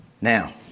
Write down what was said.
Now